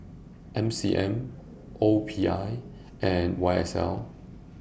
M C M O P I and Y S L